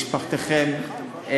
משפחתכם,